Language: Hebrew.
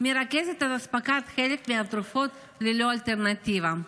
מרכזת את אספקת חלק מהתרופות ללא אלטרנטיבה?